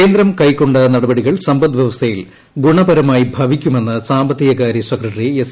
കേന്ദ്രം കൈക്കൊണ്ട നടപടികൾ സമ്പദ് വൃവസ്ഥയിൽ ഗുണപരമായി ഭവിക്കുമെന്ന് സാമ്പത്തിക കാര്യ സെക്രട്ടറി എസ്